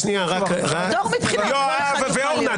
שכל אחד יוכל להיות --- יואב ואורנה,